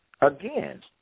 Again